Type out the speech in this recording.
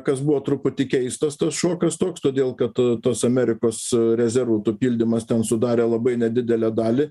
kas buvo truputį keistas tas šūkis toks todėl kad tos amerikos rezervų tų pildymas ten sudarė labai nedidelę dalį